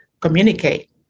communicate